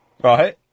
Right